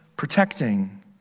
Protecting